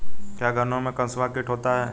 क्या गन्नों में कंसुआ कीट होता है?